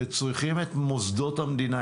שצריכים את מוסדות המדינה,